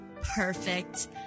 Perfect